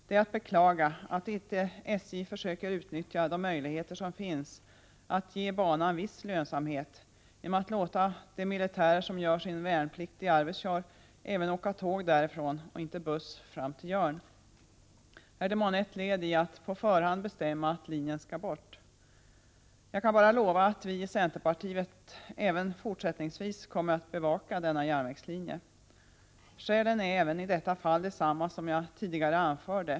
Det är att beklaga att inte SJ försöker utnyttja de möjligheter som finns att ge banan viss lönsamhet genom att låta de militärer som gör sin värnplikt i Arvidsjaur även åka tåg därifrån och inte buss fram till Jörn. Är SJ:s handlingsmönster månne ett led i försöken att på förhand bestämma att linjen skall bort? Jag kan bara lova att vi i centerpartiet även fortsättningsvis kommer att bevaka denna järnvägslinje. Skälen är i detta fall desamma som jag tidigare anförde.